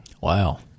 Wow